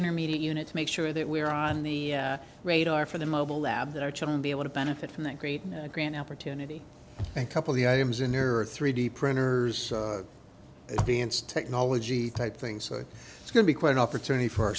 intermediate unit to make sure that we are on the radar for the mobile lab that our children be able to benefit from the great grant opportunity and couple the items in there are three d printers advanced technology type things so it's going to be quite an opportunity for